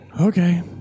Okay